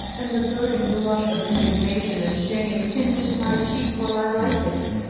and, the burning blush of indignation and shame tinges my cheek while i write it,